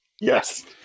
Yes